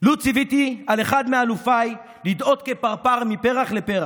"לו ציוותי על אחד מאלופיי לדאות כפרפר מפרח לפרח,